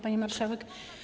Pani Marszałek!